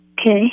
Okay